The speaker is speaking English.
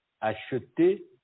acheter